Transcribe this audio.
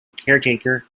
caretaker